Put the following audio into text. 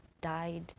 died